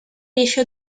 riesce